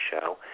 show